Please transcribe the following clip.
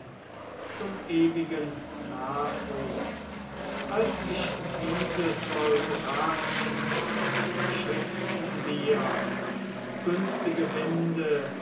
zum ewigen nachruhm als ich dieses vollbracht entschifften wir günstige winde